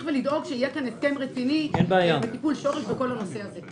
ולדאוג שיהיה כאן הסכם רציני וטיפול שורש בנושא הזה.